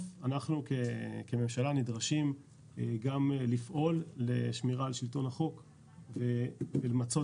אנחנו כממשלה נדרשים גם לפעול לשמירה על שלטון החוק ולמצות